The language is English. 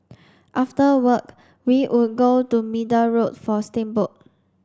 after work we would go to Middle Road for steamboat